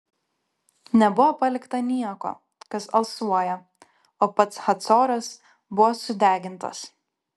nebuvo palikta nieko kas alsuoja o pats hacoras buvo sudegintas